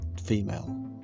female